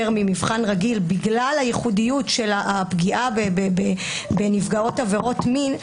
ממבחן רגיל בגלל הייחודיות של הפגיעה בנפגעות עבירות מין,